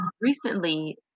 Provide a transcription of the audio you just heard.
recently